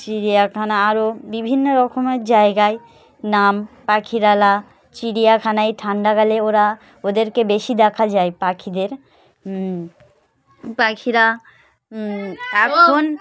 চিড়িয়াখানা আরও বিভিন্ন রকমের জায়গায় নাম পাখিরালয় চিড়িয়াখানায় ঠান্ডাাকালে ওরা ওদেরকে বেশি দেখা যায় পাখিদের পাখিরা এখন